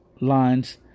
lines